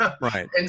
Right